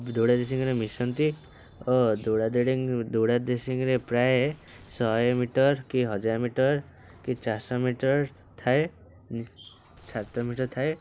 ଦୌଡ଼ା ରେସିଂରେ ମିଶନ୍ତି ଓ ଦୌଡ଼ା ଦେଡ଼ିଂ ଦୌଡ଼ା ରେସିଂରେ ପ୍ରାୟ ଶହେ ମିଟର କି ହଜାର ମିଟର କି ଚାରିଶହ ମିଟର ଥାଏ ସାତ ମିଟର ଥାଏ